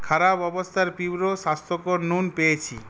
খারাপ অবস্থার পিউরো স্বাস্থ্যকর নুন পেয়েছি